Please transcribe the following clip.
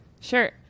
Sure